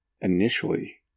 initially